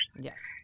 Yes